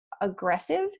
aggressive